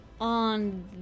on